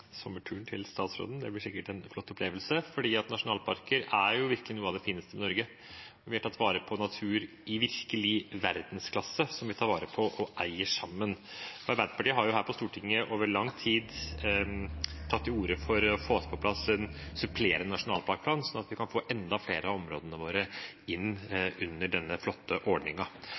sommerturen til statsråden. Det blir sikkert en flott opplevelse, for nasjonalparkene er virkelig noe av det fineste i Norge. Vi har tatt vare på natur i virkelig verdensklasse, og vi tar vare på og eier den sammen. Arbeiderpartiet har her på Stortinget over lang tid tatt til orde for å få på plass en supplerende nasjonalparkplan, sånn at vi kan få enda flere av områdene våre inn under denne flotte